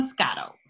Moscato